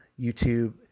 YouTube